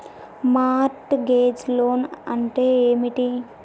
Mart gauge loan అంటే ఏమిటి?